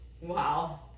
Wow